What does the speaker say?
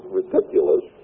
ridiculous